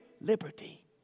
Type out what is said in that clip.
liberty